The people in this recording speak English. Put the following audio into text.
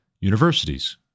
universities